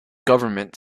government